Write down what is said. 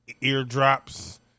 eardrops